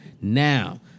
Now